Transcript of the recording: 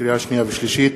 לקריאה שנייה ולקריאה שלישית,